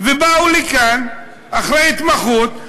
ובאו לכאן אחרי התמחות,